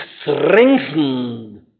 strengthened